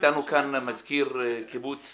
איתנו כאן מזכיר קיבוץ